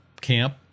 camp